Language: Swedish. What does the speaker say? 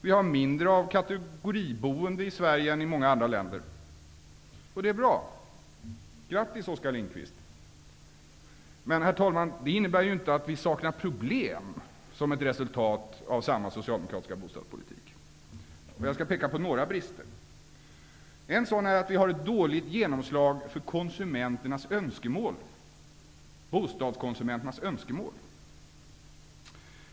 Vi har mindre av kategoriboende i Sverige än i många andra länder. Det är bra. Grattis, Oskar Det innebär, herr talman, dock inte att vi saknar problem som ett resultat av samma socialdemokratiska bostadspolitik. Jag skall peka på några brister. Vi har ett dåligt genomslag för bostadskonsumenternas önskemål.